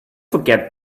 forget